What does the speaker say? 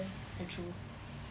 ah true